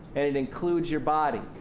and it includes your body.